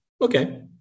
Okay